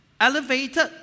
elevated